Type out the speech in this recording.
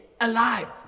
alive